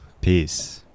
peace